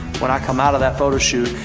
when i come out of that photo shoot,